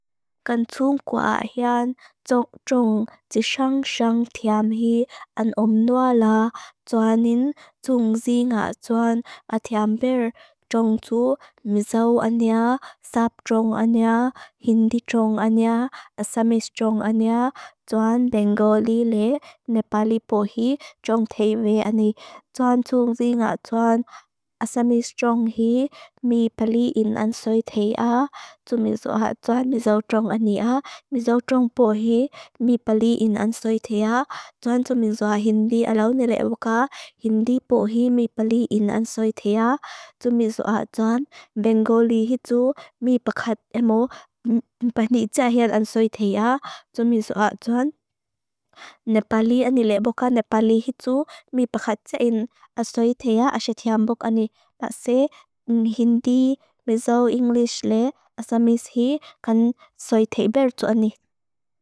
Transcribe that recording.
Kan tsung gwaa hean, tsok tsung, tsik shang shang tiam hi, an om nua la, tsua nin, Tsung zi nga tsuan, a tiam ber, tsung tsu, misau anya, sap tsung anya, hindi tsung anya, asamish tsung anya. Tsuan bengo li le, nepali po hi, tsung tei ve ani, tsuan tsung zi nga tsuan, asamish tsung hi, mi pali in an soi tei a. Tsu misua tsuan, misau tsung anya, misau tsung po hi, mi pali in an soi tei a, tsuan tsu misua hindi alaune le e boka, hindi po hi. Mi pali in an soi tei a, tsu misua tsuan, bengo li hi tsu, mi pakat emo, mpani tsa hea an soi tei a, tsu misua tsuan. Nepali ani le boka, nepali hi tsu, mi pakat tsain, an soi tei a, aset hea an boka ani, natsi, hindi, misau, inglish le, asamish hi, kan soi tei ber tsu ani.